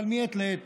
אבל מעת לעת,